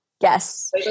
Yes